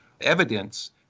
evidence